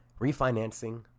refinancing